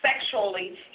sexually